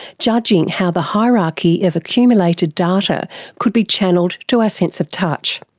judging how the hierarchy of accumulated data could be channelled to our sense of touch.